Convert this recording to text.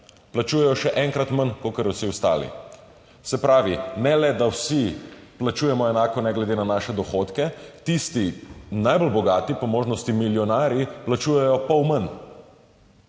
plačujejo še enkrat manj kakor vsi ostali. Se pravi, ne le da vsi plačujemo enako ne glede na svoje dohodke, tisti najbolj bogati, po možnosti milijonarji, plačujejo pol manj.